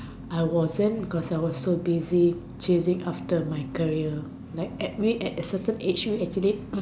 I wasn't because I was so busy chasing after my career like I mean at a certain age you actually